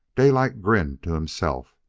daylight grinned to himself,